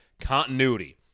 Continuity